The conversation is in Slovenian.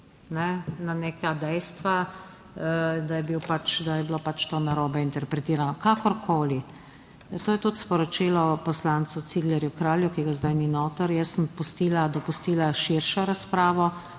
na neka dejstva, da je bilo narobe interpretirano. Kakorkoli, to je tudi sporočilo poslancu Ciglerju Kralju, ki ga zdaj ni notri, jaz sem dopustila širšo razpravo